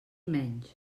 menys